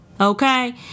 okay